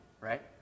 right